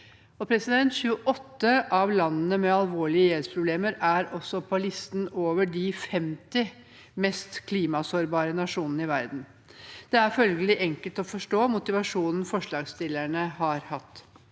borgerne. 28 av landene med alvorlige gjeldsproblemer er også på listen over de 50 mest klimasårbare nasjonene i verden. Det er følgelig enkelt å forstå motivasjonen forslagsstillerne har hatt.